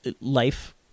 life